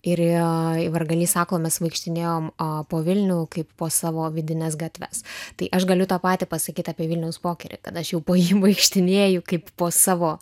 ir vargalys sako mes vaikštinėjom po vilnių kaip po savo vidines gatves tai aš galiu tą patį pasakyt apie vilniaus pokerį kad aš jau po jį vaikštinėju kaip po savo